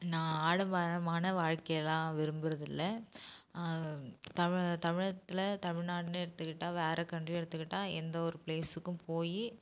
நான் ஆடம்பரமான வாழ்க்கை எல்லாம் விரும்புறது இல்லை தமிழ தமிழகத்தில் தமிழ்நாடுன்னு எடுத்துக்கிட்டால் வேறு கன்ட்ரியை எடுத்துக்கிட்டால் எந்த ஒரு ப்ளேஸ்ஸுக்கும் போய்